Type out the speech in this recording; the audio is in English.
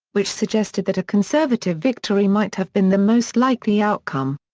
which suggested that a conservative victory might have been the most likely outcome.